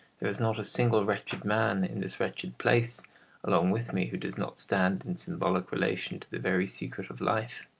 there is not a single wretched man in this wretched place along with me who does not stand in symbolic relation to the very secret of life.